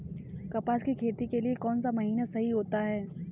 कपास की खेती के लिए कौन सा महीना सही होता है?